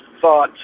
thought